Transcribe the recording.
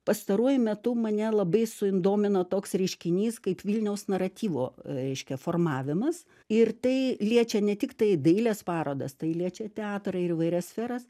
pastaruoju metu mane labai sudomino toks reiškinys kaip vilniaus naratyvo reiškia formavimas ir tai liečia ne tiktai dailės parodas tai liečia teatrą ir įvairias sferas